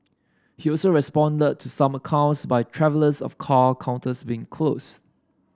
he also responded to some accounts by travellers of car counters being closed